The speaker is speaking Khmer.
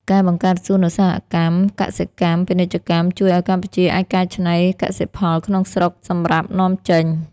ការបង្កើតសួនឧស្សាហកម្មកសិកម្ម-ពាណិជ្ជកម្ម ជួយឱ្យកម្ពុជាអាចកែច្នៃកសិផលក្នុងស្រុកសម្រាប់នាំចេញ។